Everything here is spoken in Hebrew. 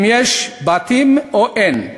אם יש בתים או אין.